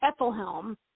Ethelhelm